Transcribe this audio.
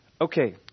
Okay